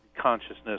consciousness